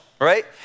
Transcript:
Right